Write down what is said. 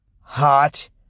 Hot